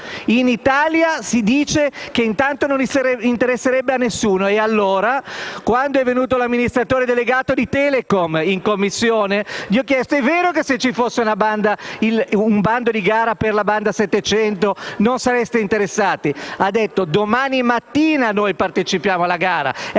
in Italia si dice che «tanto non interesserebbe a nessuno». Ebbene, quando è venuto l'amministratore delegato di Telecom in Commissione gli ho chiesto: è vero che se ci fosse un bando di gara per la banda 700 non sareste interessati? Ha risposto che all'indomani avrebbero partecipato alla gara,